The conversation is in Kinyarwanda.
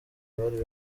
bari